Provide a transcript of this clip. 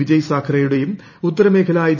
വിജയ് സാഖറെയുടേയും ഉത്തരമേഖല ഐ